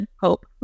hope